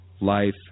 life